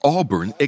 Auburn